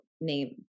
name